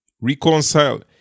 reconcile